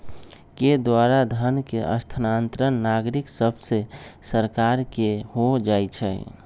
के द्वारा धन के स्थानांतरण नागरिक सभसे सरकार के हो जाइ छइ